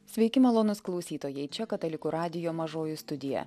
sveiki malonūs klausytojai čia katalikų radijo mažoji studija